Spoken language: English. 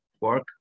work